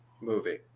movie